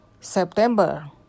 September